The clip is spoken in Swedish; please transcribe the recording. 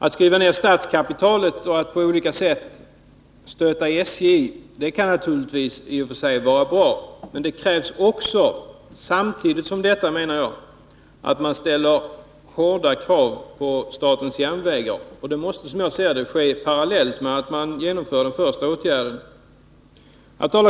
Att skriva ned statskapitalet och att på olika sätt stötta SJ kan naturligtvis i och för sig vara bra, men samtidigt med detta krävs det också, menar jag, att man ställer hårda krav på statens järnvägar. Det måste, som jag ser det, ske parallellt med att man genomför den första åtgärden.